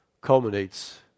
culminates